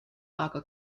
aga